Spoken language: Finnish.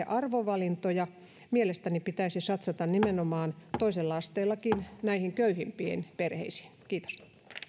arvovalintoja mielestäni pitäisi satsata nimenomaan toisella asteellakin näihin köyhimpiin perheisiin kiitos